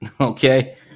Okay